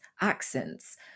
accents